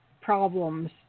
problems